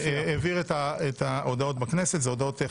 הוא העביר את ההודעות בכנסת, אלו הודעות טכניות.